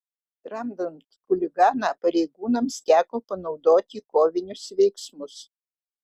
tramdant chuliganą pareigūnams teko panaudoti kovinius veiksmus